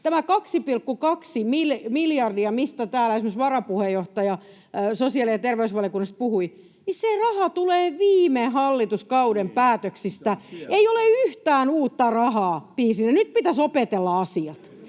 Tämä 2,2 miljardia, mistä täällä esimerkiksi varapuheenjohtaja sosiaali- ja terveysvaliokunnassa puhui, se raha tulee viime hallituskauden päätöksistä. Ei ole yhtään uutta rahaa, Piisinen. Nyt pitäisi opetella asiat.